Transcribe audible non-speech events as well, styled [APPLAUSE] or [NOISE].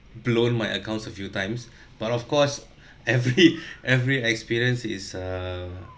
blown my accounts a few times but of course [BREATH] every [LAUGHS] every experience is a